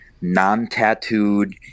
non-tattooed